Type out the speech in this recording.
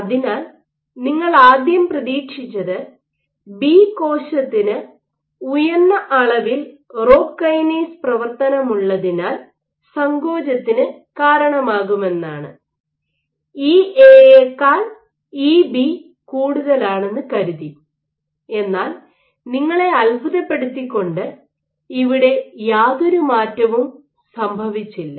അതിനാൽ നിങ്ങൾ ആദ്യം പ്രതീക്ഷിച്ചത് ബി കോശത്തിന് ഉയർന്ന അളവിൽ റോക്ക് കൈനേസ് പ്രവർത്തനമുള്ളതിനാൽ സങ്കോചത്തിന് കാരണമാകുമെന്നാണ് ഇഎ ക്കാൾ ഇബി കൂടുതലാണെന്ന് കരുതി എന്നാൽ നിങ്ങളെ അത്ഭുതപ്പെടുത്തിക്കൊണ്ട് ഇവിടെ യാതൊരു മാറ്റവും സംഭവിച്ചില്ല